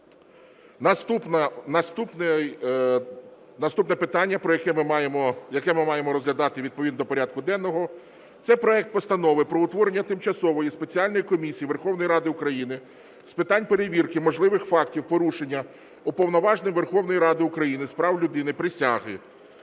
Наступне питання, яке ми маємо розглядати відповідно до порядку денного, це проект Постанови про утворення Тимчасової спеціальної комісії Верховної Ради України з питань перевірки можливих фактів порушення Уповноваженим Верховної Ради України з прав людини присяги.